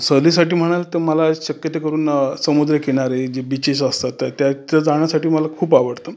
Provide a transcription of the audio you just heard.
सहलीसाठी म्हणाल तर मला शक्य ते करून समुद्रकिनारी जी बीचेस असतात तर त्या तिथं जाण्यासाठी मला खूप आवडतं